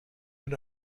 mit